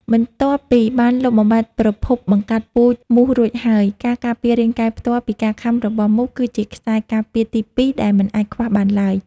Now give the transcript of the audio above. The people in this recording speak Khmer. បន្ទាប់ពីបានលុបបំបាត់ប្រភពបង្កាត់ពូជមូសរួចហើយ ការការពាររាងកាយផ្ទាល់ពីការខាំរបស់មូសគឺជាខ្សែការពារទីពីរដែលមិនអាចខ្វះបានឡើយ។